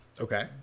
Okay